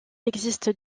existe